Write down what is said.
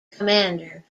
commander